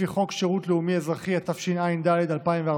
לפי חוק שירות לאומי-אזרחי, התשע"ד 2014: